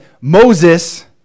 Moses